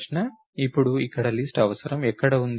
ఇప్పుడు ఇక్కడ లిస్ట్ అవసరం ఎక్కడ ఉంది